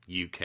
UK